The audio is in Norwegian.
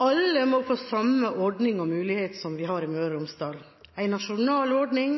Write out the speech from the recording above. Alle må få samme ordning og mulighet som vi har i Møre og Romsdal, en nasjonal ordning